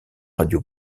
radio